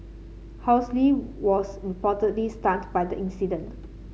was reportedly stunned by the incident